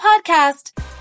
podcast